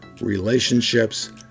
relationships